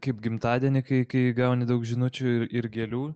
kaip gimtadienį kai kai gauni daug žinučių ir gėlių